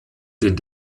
den